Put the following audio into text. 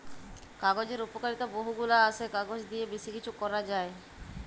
কাগজের উপকারিতা বহু গুলা আসে, কাগজ দিয়ে বেশি কিছু করা যায়